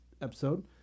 episode